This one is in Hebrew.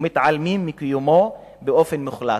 ומתעלמים מקיומו באופן מוחלט.